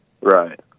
Right